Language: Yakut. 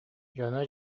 дьоно